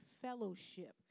fellowship